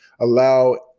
allow